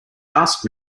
asked